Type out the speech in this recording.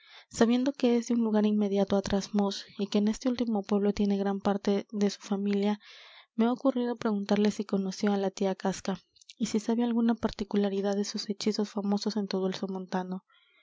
sabiendo que es de un lugar inmediato á trasmoz y que en este último pueblo tiene gran parte de su familia me ha ocurrido preguntarle si conoció á la tía casca y si sabe alguna particularidad de sus hechizos famosos en todo el somontano